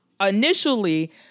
initially